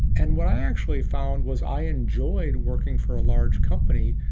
and what i actually found was i enjoyed working for a large company,